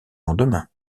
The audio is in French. lendemain